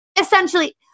essentially